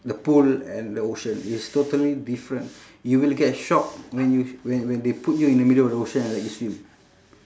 the pool and the ocean it's totally different you will get shock when you when when they put you in the middle of the ocean and let you swim